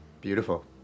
Beautiful